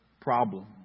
problem